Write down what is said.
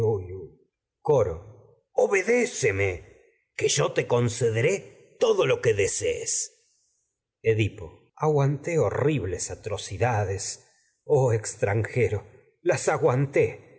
coro desees obedéceme te concederé todo lo que edipo aguanté horribles atrocidades oh extran jeros las aguanté